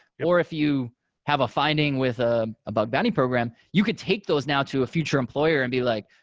or if you have a finding with ah a bug bounty program, you could take those now to a future employer and be like,